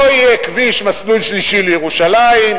פה יהיה כביש מסלול שלישי לירושלים,